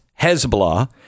Hezbollah